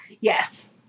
Yes